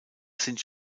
sind